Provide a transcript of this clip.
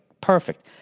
Perfect